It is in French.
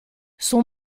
son